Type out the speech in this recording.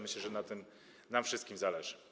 Myślę, że na tym nam wszystkim zależy.